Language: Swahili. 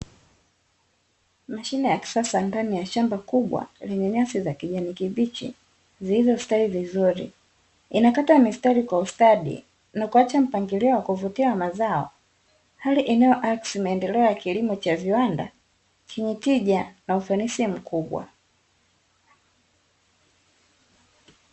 Mashine ya kisasa ndani ya shamba kubwa lenye nyasi za kijani kibichi zilizostawi vizuri, inakata mistari kwa ustadi na kuacha mpangilio wa kuvutia wa mazao hali inayoakisi maendeleo ya kilimo cha viwanda chenye tija na ufanisi mkubwa.